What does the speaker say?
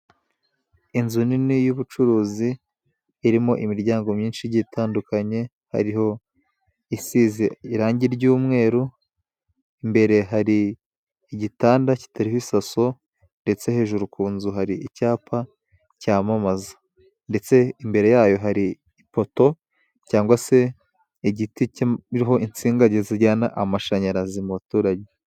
Inzu nini y'ubucuruzi irimo imiryango myinshi igiye itandukanye. Hariho isize irangi ry'umweru, imbere hari igitanda kitariho isaso, ndetse hejuru ku nzu hari icyapa cyamamaza, ndetse imbere yayo hari ipoto cyangwa se igiti kiriho insinga, zijyana amashanyarazi mu baturage.